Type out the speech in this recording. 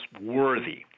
worthy